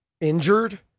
Injured